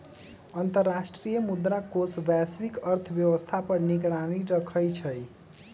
अंतर्राष्ट्रीय मुद्रा कोष वैश्विक अर्थव्यवस्था पर निगरानी रखइ छइ